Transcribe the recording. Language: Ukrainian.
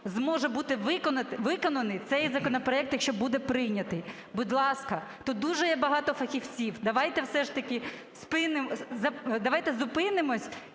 зможе бути виконаний цей законопроект, якщо буде прийнятий. Будь ласка, тут дуже є багато фахівців. Давайте все ж таки… Давайте зупинимося